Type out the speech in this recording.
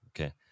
Okay